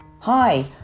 Hi